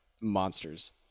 monsters